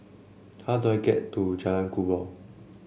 how do I get to Jalan Kubor